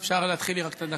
אם אפשר רק להתחיל לי את הדקה.